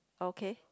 okay